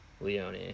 Leone